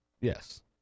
Yes